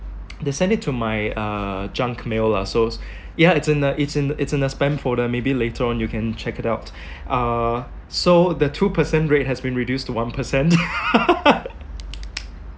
they sent it to my uh junk mail lah so yeah it's in the it's in it's in the spam folder maybe later on you can check it out uh so the two percent rate has been reduced to one percent